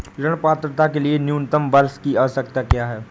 ऋण पात्रता के लिए न्यूनतम वर्ष की आवश्यकता क्या है?